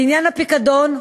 לעניין הפיקדון,